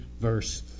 verse